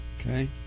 Okay